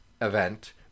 event